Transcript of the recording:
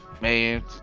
man